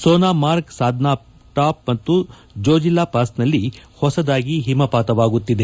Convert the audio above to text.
Sona mark Sadhna top ಮತ್ತು ಜೋಜೆಲ್ಲಾ ಪಾಸ್ನಲ್ಲಿ ಹೊಸದಾಗಿ ಹಿಮಪಾತವಾಗುತ್ತಿದೆ